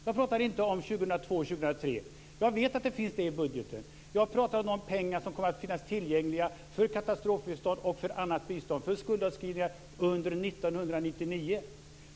Jag talar inte om år 2002 och år 2003. Jag vet att det finns pengar i budgeten. Jag talar om de pengar som kommer att finnas tillgängliga för katastrofbistånd, för annat bistånd och för skuldavskrivningar under år 1999.